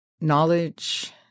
knowledge